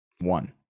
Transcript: One